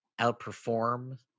outperform